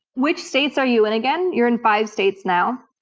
which states are you in again? you're in five states now.